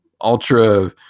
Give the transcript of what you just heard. ultra